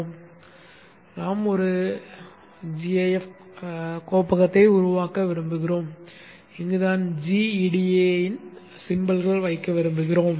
அடுத்து நாம் ஒரு gaf கோப்பகத்தை உருவாக்க விரும்புகிறோம் இங்குதான் gEDA இன் சின்னங்களை வைக்க விரும்புகிறோம்